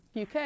UK